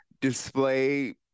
display